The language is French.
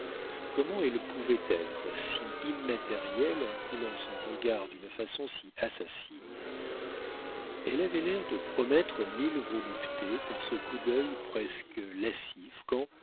comment elle pouvait être si immatérielle en coulant son regard d'une façon si assassine elle avait l'air de promettre mille voluptés par ce coup d'œil presque lascif quand